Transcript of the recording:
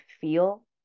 feel